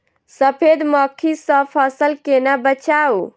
सफेद मक्खी सँ फसल केना बचाऊ?